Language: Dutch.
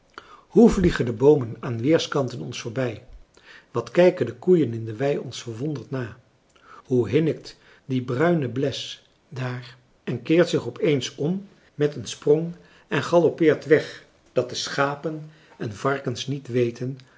hoe vliegen de boomen aan weerskanten ons voorbij wat kijken de koeien in de wei ons verwonderd na hoe hinnikt die bruine bles daar en keert zich op eens om met een sprong en galoppeert weg dat de schapen en varkens niet weten